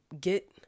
get